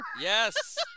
Yes